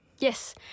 Yes